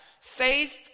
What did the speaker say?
Faith